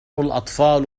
الأطفال